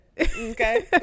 Okay